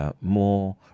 more